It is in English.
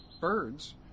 birds